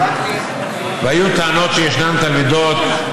והיו טענות שישנן תלמידות,